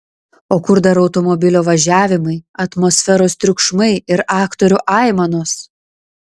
o kur dar automobilio važiavimai atmosferos triukšmai ir aktorių aimanos